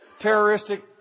terroristic